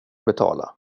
betala